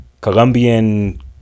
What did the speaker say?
Colombian